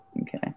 Okay